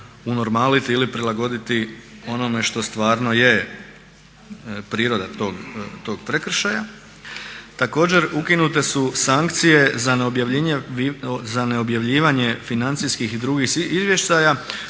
unormaliti ili prilagoditi onome što stvarno je priroda tog prekršaja. Također ukinute su sankcije za neobjavljivanje financijskih i drugih izvještaja